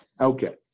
Okay